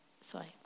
sorry